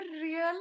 real